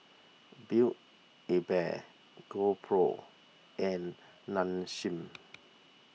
Build A Bear GoPro and Nong Shim